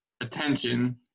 attention